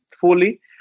fully